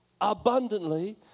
abundantly